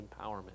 empowerment